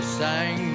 sang